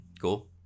Cool